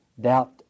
doubt